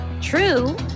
True